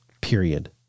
period